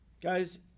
Guys